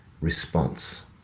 response